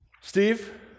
Steve